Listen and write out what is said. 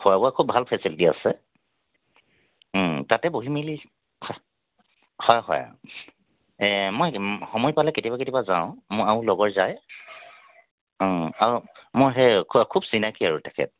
খোৱা বোৱা খুব ভাল ফেচিলিটি আছে তাতে বহি মেলি হয় হয় এ মই সময় পালে কেতিয়াবা কেতিয়াবা যাওঁ আৰু লগৰ যায় অ মোৰ সেই খুব চিনাকী আৰু তেখেত